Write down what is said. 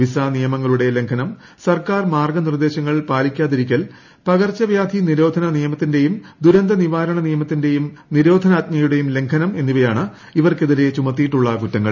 visa നിയമങ്ങളുടെ ലംഘനം സർക്കാർ മാർഗ്ഗനിർദ്ദേശങ്ങൾ പാലിക്കാതിരിക്കൽ പകർച്ചവ്യാധി നിരോധനനിയമത്തിന്റെയും ദുരന്ത നിവാരണ നിയമത്തിന്റെയും നിരോധനാജ്ഞയുടെയും ലംഘനം എന്നിവയാണ് ഇവർക്കെതിരെ ചുമത്തിയിട്ടുള്ള കുറ്റങ്ങൾ